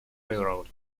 railroad